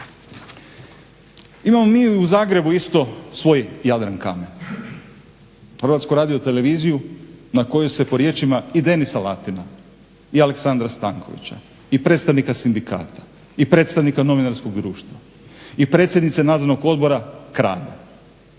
Imamo mi i u Zagrebu isto svoj Jadrankamen Hrvatsku radioteleviziju na kojoj se po riječima i Denisa Latina i Aleksandra Stankovića i predstavnika sindikata i predstavnika Novinarskog društva i predsjednice Nadzornog odbora krade.